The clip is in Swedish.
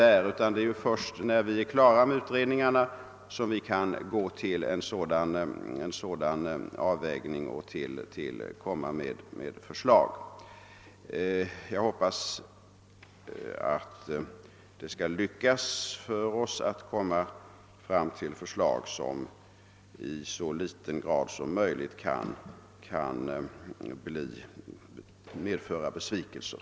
Det är först när utredningarna är klara som vi kan göra en avvägning och lägga fram förslag. Men jag hoppas det skall lyckas för oss att utforma förslag som i så liten grad som möjligt medför besvikelser.